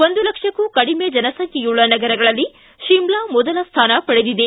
ಒಂದು ಲಕ್ಷಕ್ಕೂ ಕಡಿಮೆ ಜನಸಂಖ್ಯೆಯುಳ್ಳ ನಗರಗಳಲ್ಲಿ ಶಿಮ್ಲಾ ಮೊದಲ ಸ್ಥಾನ ಪಡೆದಿದೆ